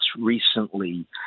recently